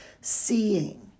seeing